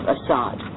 Assad